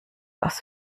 aus